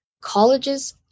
colleges